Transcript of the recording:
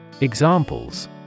Examples